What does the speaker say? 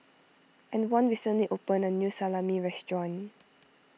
Antwon recently opened a new Salami restaurant